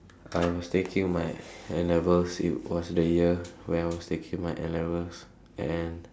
I was taking my N-levels it was the year where I was taking my N-levels and